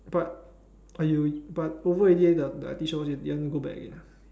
but ah you but over already the the I_T show you want to go back again